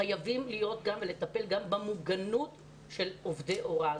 חייבים לטפל גם במוגנות של עובדי הוראה.